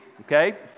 Okay